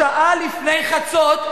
בשעה לפני חצות,